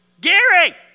Gary